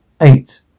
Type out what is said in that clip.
Eight